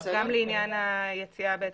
גם לעניין היציאה.